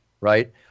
right